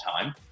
time